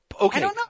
Okay